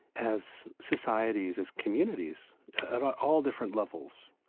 as societies, as communities, at all different levels,